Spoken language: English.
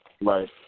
Right